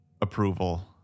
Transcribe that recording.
approval